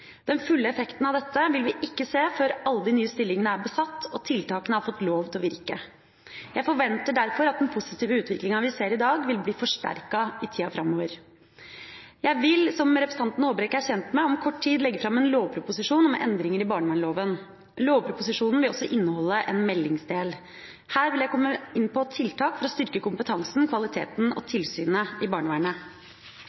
Den fulle effekten av dette vil vi ikke se før alle de nye stillingene er besatt og tiltakene har fått lov til å virke. Jeg forventer derfor at den positive utviklinga vi ser i dag, vil bli forsterka i tida framover. Jeg vil, som representanten Håbrekke er kjent med, om kort tid legge fram en lovproposisjon om endringer i barnevernloven. Lovproposisjonen vil også inneholde en meldingsdel. Her vil jeg komme inn på tiltak for å styrke kompetansen, kvaliteten og